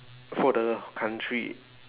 for the country